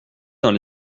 dans